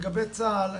לגבי צה"ל,